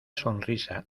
sonrisa